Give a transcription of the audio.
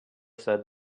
said